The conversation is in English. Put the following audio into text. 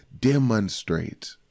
demonstrate